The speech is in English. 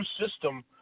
system